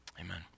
Amen